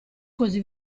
così